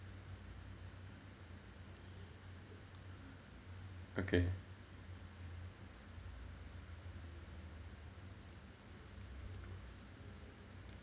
okay